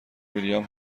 ویلیام